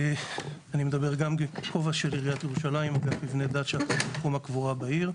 אני מדבר גם בכובע של עיריית ירושלים מאגף מבני דת של תחום הקבורה בעיר,